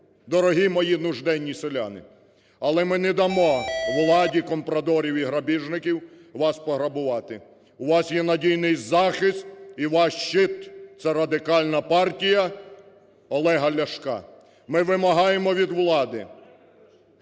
дорогі мої нужденні селяни. Але ми не дамо владі компрадорів і грабіжників вас пограбувати. У вас є надійний захист і ваш щит – це Радикальна партія Олега Ляшка. Ми вимагаємо від влади